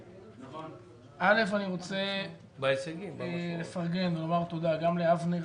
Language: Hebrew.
אני רוצה לפרגן, לומר תודה גם לאבנר,